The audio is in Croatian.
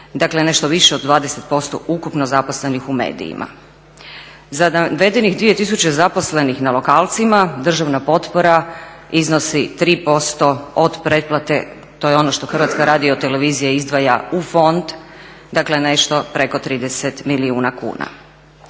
Dakle, nešto više od 20% ukupno zaposlenih u medijima. Za navedenih 2000 zaposlenih na lokalcima državna potpora iznosi 3% od pretplate, to je ono što HRT izdvaja u fond, dakle nešto preko 30 milijuna kuna.